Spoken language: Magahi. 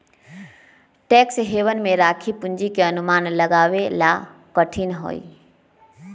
टैक्स हेवन में राखी पूंजी के अनुमान लगावे ला कठिन हई